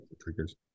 triggers